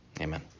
Amen